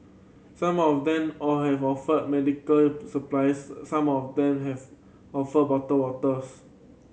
some of them all have offered medical supplies some of them have offered bottled waters